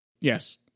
Yes